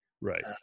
Right